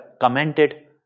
commented